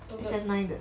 S N nine 的